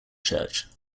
church